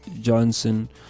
Johnson